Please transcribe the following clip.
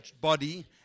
body